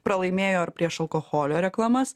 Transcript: pralaimėjo ir prieš alkoholio reklamas